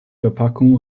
verpackung